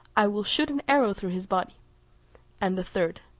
i will shoot an arrow through his body and a third,